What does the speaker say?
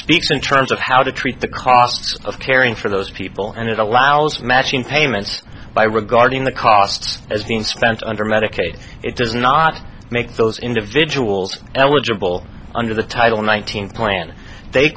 speaks in terms of how to treat the cost of caring for those people and it allows matching payments by regarding the costs as being spent under medicaid it does not make those individuals eligible under the title nineteen plan they